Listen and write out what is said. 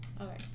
Okay